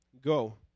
Go